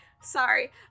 Sorry